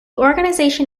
organisation